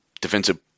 defensive